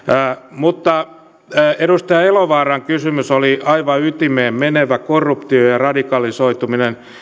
mutta edustaja elovaaran kysymys oli aivan ytimeen menevä korruptio ja radikalisoituminen